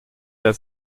der